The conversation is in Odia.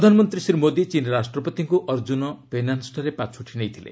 ପ୍ରଧାନମନ୍ତ୍ରୀ ଶ୍ରୀ ମୋଦୀ ଚୀନ୍ ରାଷ୍ଟ୍ରପତିଙ୍କୁ ଅର୍ଜ୍ଜୁନ ପେନାନ୍ୱଠାରେ ପାଛୋଟି ନେଇଥିଲେ